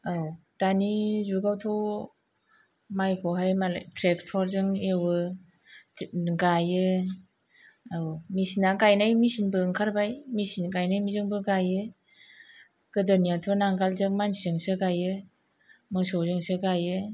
औ दानि जुगावथ' मायखौहाय मालाय ट्रेकटर जों एवो गायो औ मिसिना गायनाय मिसिन बो ओंखारबाय मिसिन गायनायजोंबो गायो गोदोनियाथ' नांगोलजों मानसिजोंसो गायो मोसौजोंसो गायो